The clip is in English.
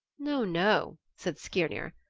no, no, said skirnir.